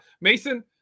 Mason